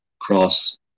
cross